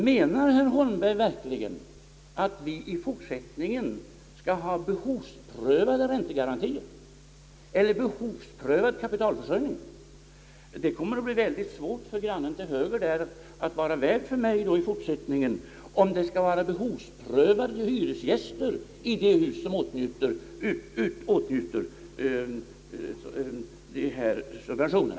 Menar herr Holmberg verkligen att vi i fortsättningen bör ha behovsprövade räntegarantier eller behovsprövad <:kapitalförsörjning? Det kommer att bli svårt för hans granne till höger att vara med i fortsättningen om det skall vara behovsprövade hyresgäster i de hus som åtnjuter dessa subventioner.